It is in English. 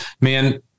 man